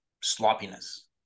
sloppiness